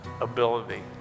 ability